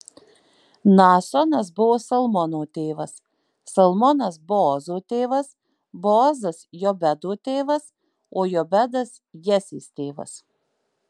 naasonas buvo salmono tėvas salmonas boozo tėvas boozas jobedo tėvas o jobedas jesės tėvas